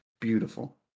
beautiful